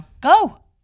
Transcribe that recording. go